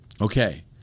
Okay